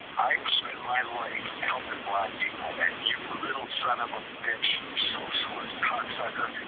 i will spend my life helping black people and you little son of a bitch, socialist cock sucker,